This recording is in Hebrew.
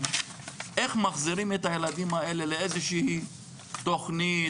איך מחזירים את הילדים האלה לאיזושהי תכנית,